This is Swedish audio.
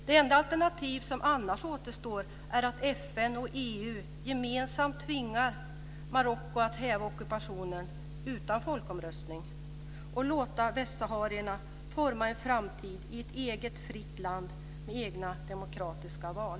Det enda alternativ som annars återstår är att FN och EU gemensamt tvingar Marocko att häva ockupationen utan folkomröstning och låta västsaharierna forma en framtid i ett eget fritt land med egna demokratiska val.